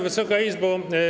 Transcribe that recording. Wysoka Izbo!